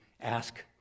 ask